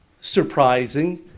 surprising